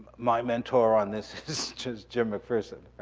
my mentor on this is just just jim mcpherson,